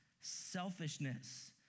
selfishness